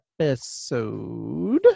episode